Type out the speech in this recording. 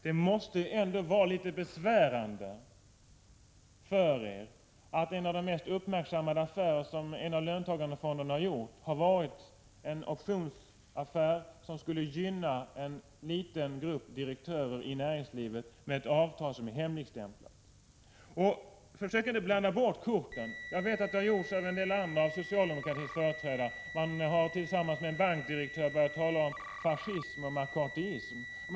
Det måste ändå vara besvärande för er att en av de mest uppmärksammade affärer som en av löntagarfonderna har gjort har varit en optionsaffär som skulle gynna en liten grupp direktörer i näringslivet, med ett avtal som är hemligstämplat. Försök inte blanda bort korten! Jag vet att det har gjorts av andra av socialdemokratins företrädare. Man har tillsammans med en bankdirektör börjat tala om fascism och McCarthyism.